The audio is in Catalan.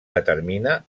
determina